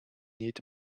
need